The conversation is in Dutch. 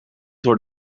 door